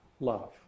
Love